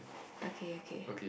okay okay